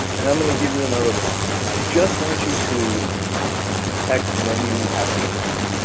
and i'm gonna give you another riddle and i just want you to text when you have the answer,